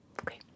Okay